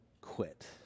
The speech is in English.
quit